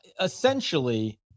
Essentially